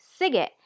SIGET